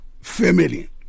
family